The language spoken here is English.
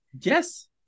Yes